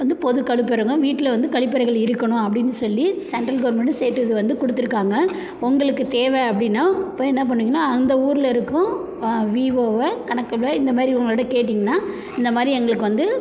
வந்து பொது கழிப்பறைங்க வீட்டில வந்து கழிப்பறைகள் இருக்கணும் அப்படின்னு சொல்லி சென்ட்ரல் கவர்மெண்ட் ஸ்டேட் இது வந்து கொடுத்துருக்காங்க உங்களுக்கு தேவை அப்படின்னா போய் என்ன பண்ணுவீங்கன்னா அந்த ஊரில் இருக்கும் விஓவ கணக்குப்பிள்ளைய இந்தமாதிரி இவங்கள்ட்ட கேட்டீங்கன்னா இந்த மாதிரி எங்களுக்கு வந்து